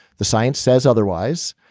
the science says otherwise.